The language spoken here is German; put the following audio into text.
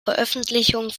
veröffentlichung